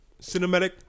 Cinematic